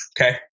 Okay